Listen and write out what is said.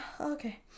Okay